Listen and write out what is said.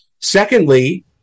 Secondly